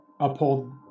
uphold